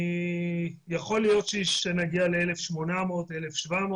יכול להיות שנגיע ל-1,800-1,700,